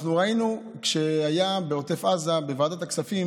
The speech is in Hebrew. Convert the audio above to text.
אנחנו ראינו כשהיה בעוטף עזה, בוועדת הכספים,